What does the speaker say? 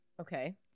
Okay